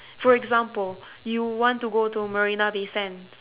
for example you want to go to marina-bay-sands